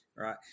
Right